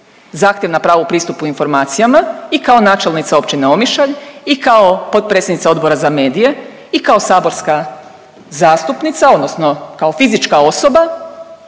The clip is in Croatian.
zahtjev na pravo pristupu informacijama i kao načelnica općine Omišalj i kao potpredsjednica Odbora za medije i kao saborska zastupnica odnosno kao fizička osoba,